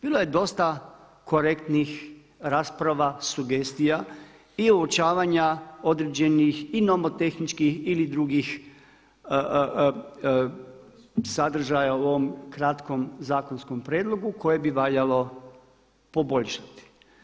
Bilo je dosta korektnih rasprava, sugestija i uočavanja određenih i nomotehničkih ili drugih sadržaja u ovom kratkom zakonskom prijedlogu koje bi valjalo poboljšati.